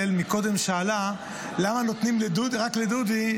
מקודם שאלה למה נותנים רק לדודי,